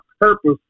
purpose